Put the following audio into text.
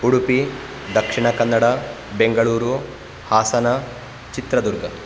Udupi Dakshina Kannada Bengaluru Hassan Chitradurga